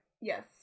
yes